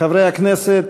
חברי הכנסת,